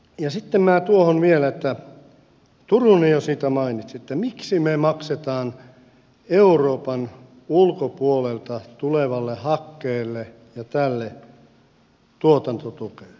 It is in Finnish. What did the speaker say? sitten vielä tuohon josta turunen jo mainitsi että miksi me maksamme euroopan ulkopuolelta tulevalle hakkeelle ynnä muulle tuotantotukea